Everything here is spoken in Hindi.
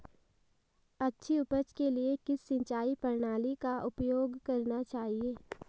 अच्छी उपज के लिए किस सिंचाई प्रणाली का उपयोग करना चाहिए?